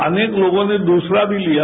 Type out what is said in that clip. अनेक लोगों ने दुसरा भी लिया